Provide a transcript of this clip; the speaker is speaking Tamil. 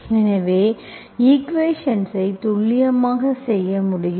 இதனால் ஈக்குவேஷன்ஸ்ஐ துல்லியமாக செய்ய முடியும்